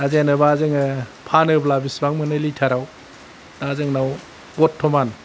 दा जेनबा जोङो फानोब्ला बिसिबां मोनो लिटारआव दा जोंनाव बर्तमान